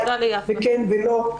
וכן ולא,